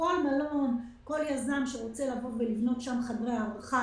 כל מלון וכל יזם שרוצים לבנות חדרי הארחה,